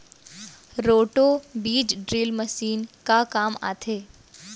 Roto बीज drill machine का काम आथे?